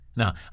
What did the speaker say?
Now